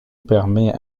permet